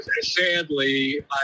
sadly